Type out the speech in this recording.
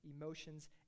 emotions